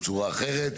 בצורה אחרת.